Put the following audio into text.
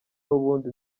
n’ubundi